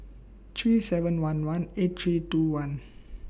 three seven one one eight three two one